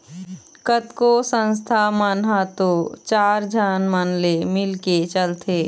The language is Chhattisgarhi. कतको संस्था मन ह तो चार झन मन ले मिलके चलथे